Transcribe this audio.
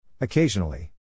Occasionally